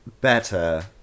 better